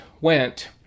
went